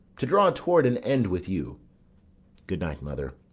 to draw toward an end with you good night, mother.